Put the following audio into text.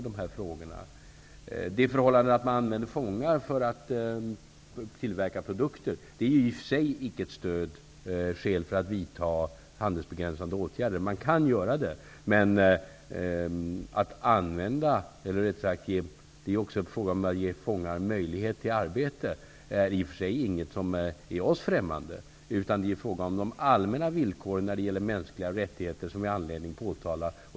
Det förhållandet att man använder fångar för att tillverka produkter ger icke i sig skäl för att vidta handelsbegränsande åtgärder. Men man kan göra det. Att ge fångar möjlighet till arbete är något som i och för sig inte är oss främmande. Det är de allmänna villkoren när det gäller mänskliga rättigheter som det finns anledning att påtala.